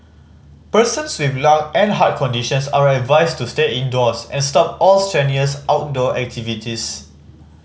persons with lung and heart conditions are advised to stay indoors and stop all strenuous outdoor activities